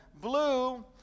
blue